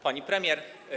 Pani Premier!